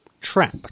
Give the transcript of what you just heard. Trap